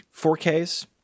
4Ks